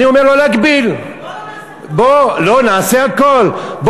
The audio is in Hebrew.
אני אומר, לא להגביל, בוא לא נעשה כלום.